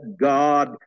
God